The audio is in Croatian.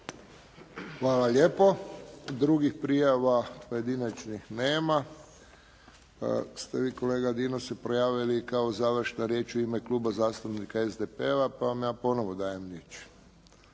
Hvala lijepo. Drugih prijava pojedinačnih nema. Jeste vi kolega Dino se prijavili kao završna riječ u ime Kluba zastupnika SDP-a, pa vam ja ponovno dajem riječ.